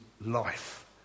life